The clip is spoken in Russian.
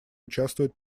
участвует